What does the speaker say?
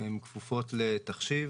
כפופות לתחשיב